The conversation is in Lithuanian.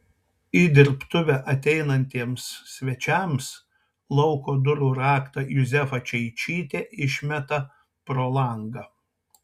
į dirbtuvę ateinantiems svečiams lauko durų raktą juzefa čeičytė išmeta pro langą